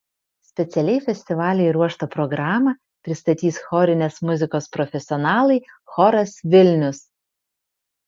specialiai festivaliui ruoštą programą pristatys chorinės muzikos profesionalai choras vilnius